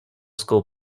school